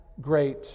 great